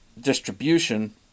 distribution